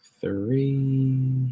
three